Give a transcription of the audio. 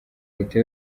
leta